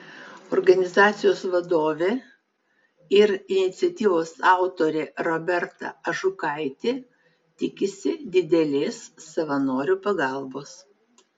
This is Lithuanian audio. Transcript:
organizacijos vadovė ir iniciatyvos autorė roberta ažukaitė tikisi didelės savanorių pagalbos